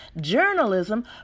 journalism